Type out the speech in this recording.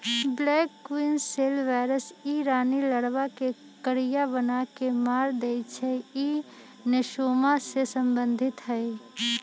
black queen cell virus इ रानी लार्बा के करिया बना के मार देइ छइ इ नेसोमा से सम्बन्धित हइ